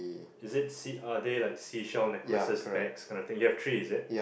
is it sea are they like seashell necklaces bags kind of thing you have three is it